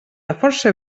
força